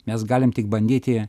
mes galim tik bandyti